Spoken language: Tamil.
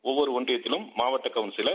ஒவ்வொரு ஒன்றியத்திலும் மாவட்ட கவுன்சிலர்